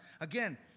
Again